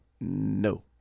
No